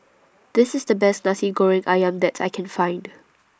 This IS The Best Nasi Goreng Ayam that I Can Find